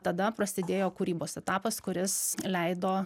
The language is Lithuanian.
tada prasidėjo kūrybos etapas kuris leido